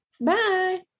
bye